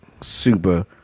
super